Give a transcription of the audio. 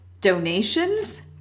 donations